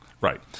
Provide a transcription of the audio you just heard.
Right